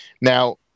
Now